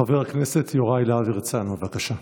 חבר הכנסת יוראי להב הרצנו, בבקשה.